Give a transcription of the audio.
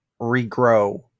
regrow